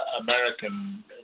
American